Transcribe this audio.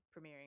premiering